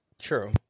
true